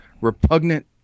repugnant